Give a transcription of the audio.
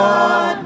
God